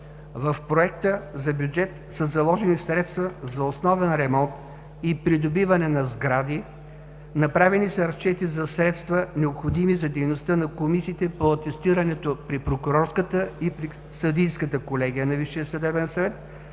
в Проекта за бюджет са заложени средства за основен ремонт и придобиване на сгради. Направени са разчети за средства, необходими за дейността на комисиите по атестирането при прокурорската и при съдийската колегия на